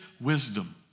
wisdom